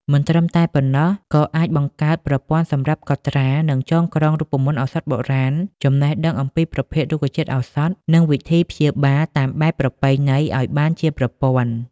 មិនត្រឹមតែប៉ុណ្ណោះ ក័អាចបង្កើតប្រព័ន្ធសម្រាប់កត់ត្រា និងចងក្រងរូបមន្តឱសថបុរាណ ចំណេះដឹងអំពីប្រភេទរុក្ខជាតិឱសថ និងវិធីព្យាបាលតាមបែបប្រពៃណីឲ្យបានជាប្រព័ន្ធ។